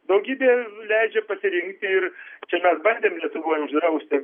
daugybė leidžia pasirinkti ir čia mes bandėm lietuvoj uždrausti